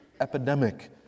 epidemic